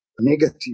negative